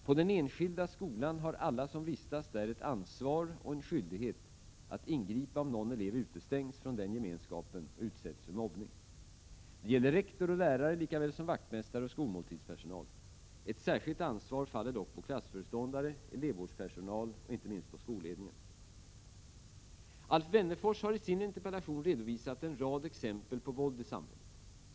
På den enskilda skolan har alla som vistas där ett ansvar — och en skyldighet — att ingripa om någon elev utestängs från denna gemenskap och utsätts för mobbning. Det gäller rektor och lärare lika väl som vaktmästare och skolmåltidspersonal. Ett särskilt ansvar faller dock på klassföreståndare, elevvårdspersonal och inte minst skolledningen. Alf Wennerfors har i sin interpellation redovisat en rad exempel på våld i samhället.